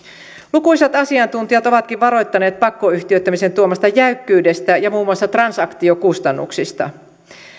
lukuisat asiantuntijat ovatkin varoittaneet pakkoyhtiöittämisen tuomasta jäykkyydestä ja muun muassa transaktiokustannuksista